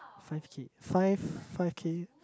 five-K five five-K